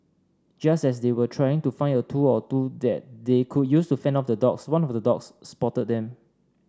just as they were trying to find a tool or two that they could use to fend off the dogs one of the dogs spotted them